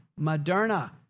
Moderna